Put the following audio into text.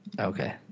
Okay